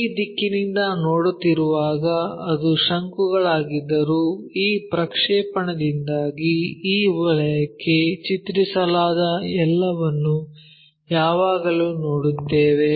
ಈ ದಿಕ್ಕಿನಿಂದ ನೋಡುತ್ತಿರುವಾಗ ಅದು ಶಂಕುಗಳಾಗಿದ್ದರೂ ಈ ಪ್ರಕ್ಷೇಪಣದಿಂದಾಗಿ ಈ ವಲಯಕ್ಕೆ ಚಿತ್ರಿಸಲಾದ ಎಲ್ಲವನ್ನೂ ಯಾವಾಗಲೂ ನೋಡುತ್ತೇವೆ